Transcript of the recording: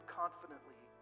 confidently